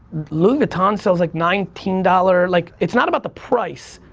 louis vuitton sells like nineteen dollar, like it's not about the price,